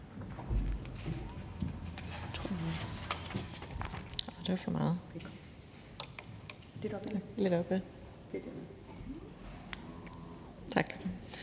Tak